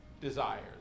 desires